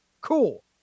cool